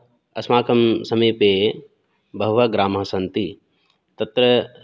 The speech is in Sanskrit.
अस्माकं समीपे बहवः ग्रामाः सन्ति तत्र